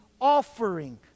offering